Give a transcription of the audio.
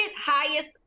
highest